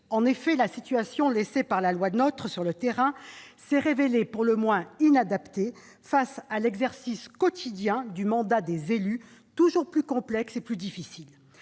En effet, la situation laissée par la loi NOTRe sur le terrain s'est révélée pour le moins inadaptée, face à l'exercice quotidien du mandat des élus, toujours plus complexe et difficile.